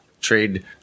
Trade